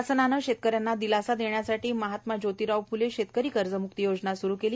शासनाने शेतक यांना दिलासा देण्यासाठी महात्मा जोतिराव फ्ले शेतकरी कर्जम्क्ती योजना स्रू केली